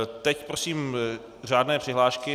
Teď prosím řádné přihlášky.